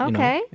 Okay